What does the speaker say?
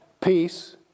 peace